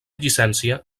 llicència